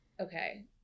okay